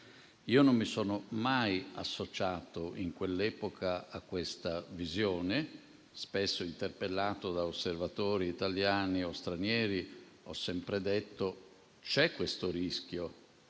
Io non mi sono mai associato in quell'epoca a questa visione. Spesso interpellato da osservatori italiani o stranieri, ho sempre detto che ci